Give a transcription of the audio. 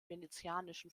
venezianischen